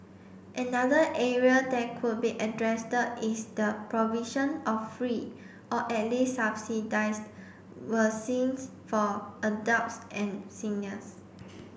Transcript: another area that could be address is the provision of free or at least subsidised vaccines for adults and seniors